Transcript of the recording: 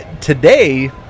today